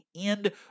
end